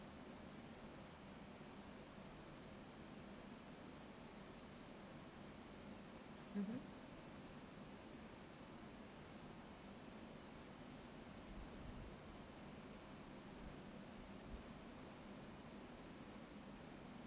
mmhmm